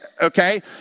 okay